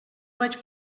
vaig